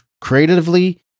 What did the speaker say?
creatively